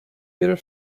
peter